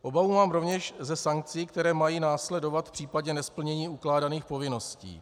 Obavu mám rovněž ze sankcí, které mají následovat v případě nesplnění ukládaných povinností.